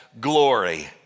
glory